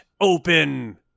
open